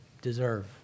deserve